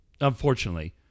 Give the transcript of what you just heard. Unfortunately